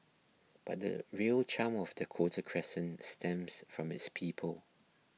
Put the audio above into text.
but the real charm of Dakota Crescent stems from its people